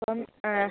അപ്പം